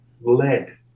lead